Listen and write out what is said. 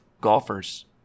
golfers